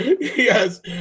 Yes